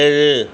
ஏழு